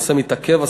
הנושא מתעכב.